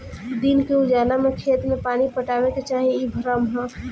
दिन के उजाला में खेत में पानी पटावे के चाही इ भ्रम ह